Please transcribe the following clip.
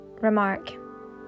remark